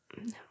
No